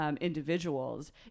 individuals